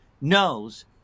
knows